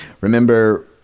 Remember